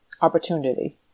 opportunity